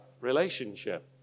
relationship